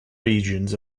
regions